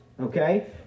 Okay